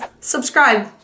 subscribe